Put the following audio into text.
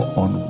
on